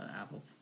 Apple